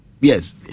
Yes